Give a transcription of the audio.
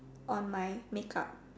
on my make up